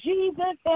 Jesus